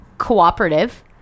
Cooperative